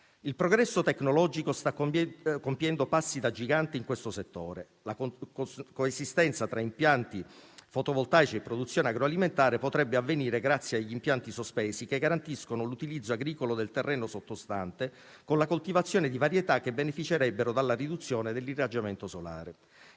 Il progresso tecnologico sta compiendo passi da gigante in questo settore. La coesistenza tra impianti fotovoltaici e produzione agroalimentare potrebbe avvenire grazie agli impianti sospesi che garantiscono l'utilizzo agricolo del terreno sottostante, con la coltivazione di varietà che beneficerebbero della riduzione dell'irraggiamento solare.